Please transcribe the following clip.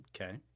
Okay